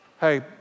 Hey